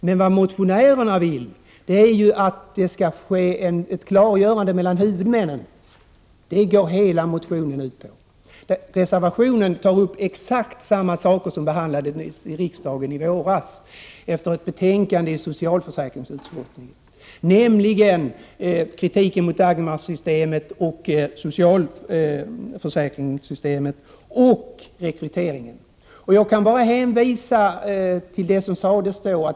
Men motionärerna vill ha ett klargörande mellan huvudmännen, det går hela motionen ut på. Reservationen tar upp exakt samma saker som behandlades i riksdagen i våras, efter ett betänkande i socialförsäkringsutskottet, nämligen kritiken mot Dagmarsystemet, socialförsäkringssystemet och rekryteringen. Jag kan bara hänvisa till det som sades då.